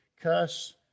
cuss